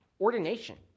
ordination